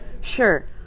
Sure